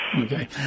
Okay